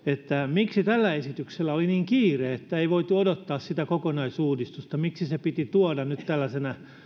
miksi tällä esityksellä oli niin kiire että ei voitu odottaa sitä kokonaisuudistusta miksi se piti tuoda nyt tällaisena